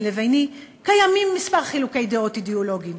לביני קיימים כמה חילוקי דעות אידיאולוגיים,